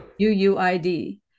UUID